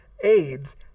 AIDS